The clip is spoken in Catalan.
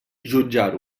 jutjar